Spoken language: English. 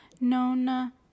Nona